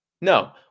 No